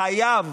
הוא חייב